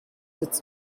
its